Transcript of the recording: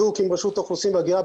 רשות האוכלוסין וההגירה,